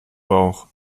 bauch